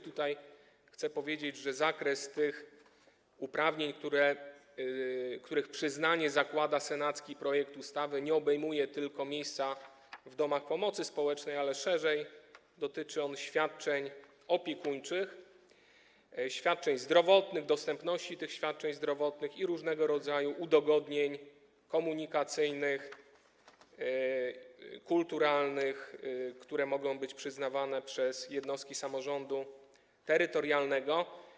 Chcę tutaj powiedzieć, że zakres tych uprawnień, których przyznanie zakłada senacki projekt ustawy, nie obejmuje tylko miejsca w domach pomocy społecznej, ale szerzej, dotyczy on świadczeń opiekuńczych, świadczeń zdrowotnych, dostępności tych świadczeń zdrowotnych i różnego rodzaju udogodnień komunikacyjnych, kulturalnych, które mogą być przyznawane przez jednostki samorządu terytorialnego.